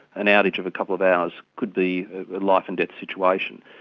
an outage of a couple of hours could be a life and death situation.